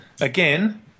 again